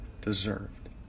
deserved